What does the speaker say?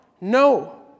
No